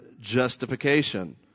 justification